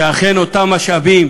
שאכן אותם משאבים